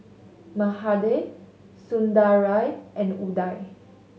Mahade Sundaraiah and Udai